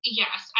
yes